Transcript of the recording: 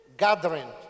gathering